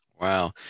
Wow